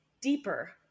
deeper